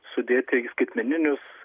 sudėti į skaitmeninius